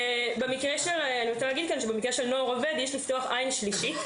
במקרה של נוער עובד יש לפקוח עין שלישית